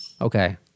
Okay